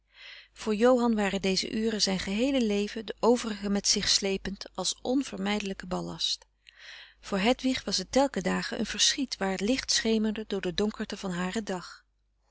voor johan waren deze uren zijn geheele leven de overigen met zich slepend als onvermijdelijken ballast voor hedwig was het telken dage een verschiet waar licht schemerde door de donkerte van haren dag